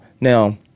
Now